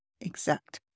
exact